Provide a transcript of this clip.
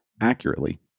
accurately